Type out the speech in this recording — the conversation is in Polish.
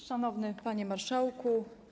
Szanowny Panie Marszałku!